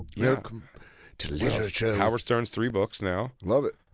welcome to literature howard stern's three books now. love it.